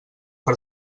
per